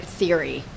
theory